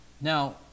Now